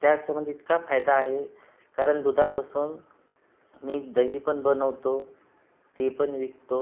त्यासंबंधी इतका फायदा आहे कारण दुधापासून मी दही पण बनवतो ते पण विकतो